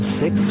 six